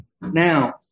Now